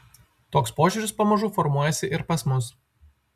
toks požiūris pamažu formuojasi ir pas mus